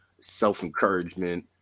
self-encouragement